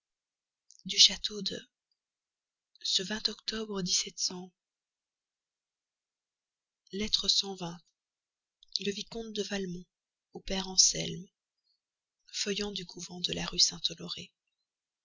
du château de ce octobre lettre dit le vicomte de valmont au père anselme feuillant du couvent de la rue saint-honoré